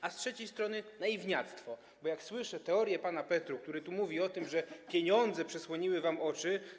A z trzeciej strony naiwniactwo, bo słyszę teorię pana Petru, który mówi o tym, że pieniądze przesłoniły wam oczy.